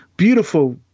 Beautiful